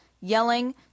yelling